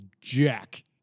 Jack